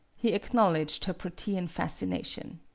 he acknowledged her protean fascination.